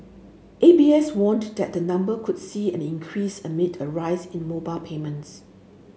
A B S warned that the number could see an increase amid a rise in mobile payments